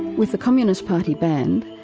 with the communist party banned,